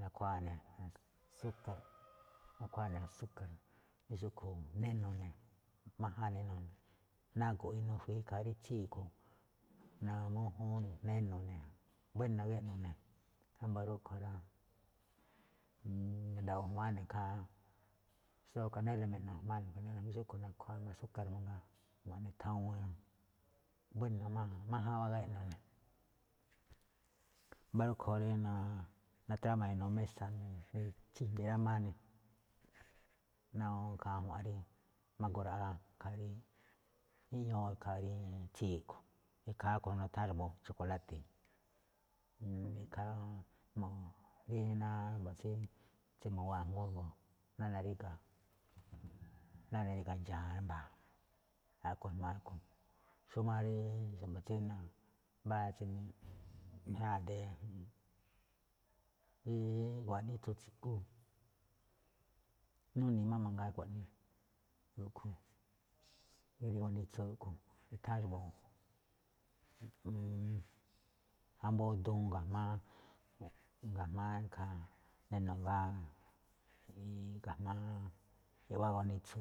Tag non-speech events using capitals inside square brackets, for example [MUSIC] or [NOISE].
Nakhuáa ne̱ [NOISE] asúka̱r jamí xúꞌkhue̱n neno̱ ne̱, máján neno̱ ne̱, nago̱ꞌ inuu i̱fui̱í ikhaa rí tsíi̱ a̱ꞌkhue̱n na̱gu̱ma̱ mújúun ne̱ neno̱ ne̱, buéna̱ gíꞌno̱ ne̱. Wámba̱ rúꞌkhue̱n rá, na̱nda̱wo̱o̱ jma̱á ikhaa, xtóo ikhaa kanéla me̱ꞌno̱ jma̱á ne̱ jamí xúꞌkhue̱n nakhuáa asúka̱r mangaa ma̱ꞌne thawuun ne̱. Máján wáa géꞌno̱ ne̱, wámba̱ rúꞌkhue̱n natrama inuu mésa̱, nachíjmbi̱ rámáá ne̱ ná awúun ikhaa ajua̱nꞌ rí mago̱ ra̱ꞌa̱, ikhaa iꞌñúu ikhaa rí tsíi̱ a̱ꞌkhue̱n. Ikhaa rúꞌkhue̱n nutháán xa̱bo̱ chokoláte̱, ikhaa rí náá xa̱bo̱ tsí mu̱waa̱ ajngúún xa̱bo̱ ná naríga̱ [NOISE] ju̱ꞌuun ndxa̱a̱ mba̱a̱, a̱ꞌkhue̱n ijmaa rúꞌkhue̱n. Xómá rí xa̱bo̱ tsi mbáa inu [NOISE] nijraꞌáan a̱dée, rí gu̱wa̱ꞌ nítsu tsiguu̱, nuni̱i̱ máꞌ mangaa xkuaꞌnii, rúꞌkhue̱n [NOISE] rí gunitsu rúꞌkhue̱n itháán xa̱bo̱, [NOISE] ju̱ꞌuun ambóo duun ga̱jma̱á ga̱jma̱á ikhaa neno̱ ngaa ga̱jma̱á iꞌwá gunitsu,